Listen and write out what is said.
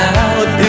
out